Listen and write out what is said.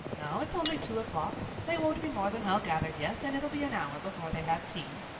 no, it's only two o'clock. they won't be more than well gathered yet and it'll be an hour before they have tea.